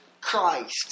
Christ